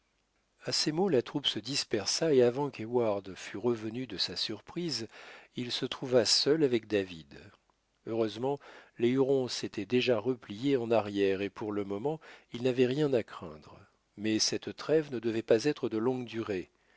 à ces mots la troupe se dispersa et avant qu'heyward fût revenu de sa surprise il se trouva seul avec david heureusement les hurons s'étaient déjà repliés en arrière et pour le moment il n'avait rien à craindre mais cette trêve ne devait pas être de longue durée